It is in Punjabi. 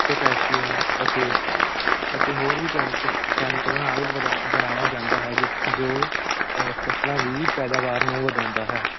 ਪੋਟਾਸ਼ੀਅਮ ਅਤੇ ਅਤੇ ਹੋਰ ਵੀ ਕੈਮਿਕਲ ਕੈਮੀਕਲਾਂ ਨਾਲ ਬਲਾ ਬਣਾਇਆ ਜਾਂਦਾ ਹੈ ਜਿਸ ਜੋ ਫਸਲਾਂ ਦੀ ਪੈਦਾਵਾਰ ਨੂੰ ਵਧਾਉਂਦਾ ਹੈ